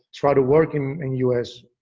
try to work in in u s,